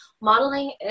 Modeling